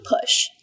push